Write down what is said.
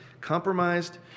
compromised